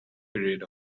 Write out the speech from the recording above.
period